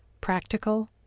practical